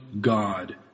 God